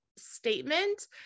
Statement